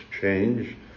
change